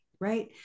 right